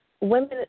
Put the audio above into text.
women